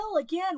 again